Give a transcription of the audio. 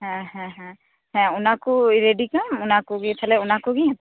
ᱦᱮᱸ ᱦᱮᱸ ᱦᱮᱸ ᱦᱮᱸ ᱚᱱᱟ ᱠᱚ ᱨᱮᱰᱤ ᱠᱟᱜ ᱟᱢ ᱚᱱᱟ ᱠᱚᱜᱮ ᱛᱟᱞᱦᱮ ᱚᱱᱟ ᱠᱚᱜᱮᱧ ᱦᱟᱛᱟᱣᱟ